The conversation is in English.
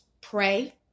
pray